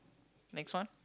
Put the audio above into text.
next one